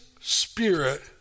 spirit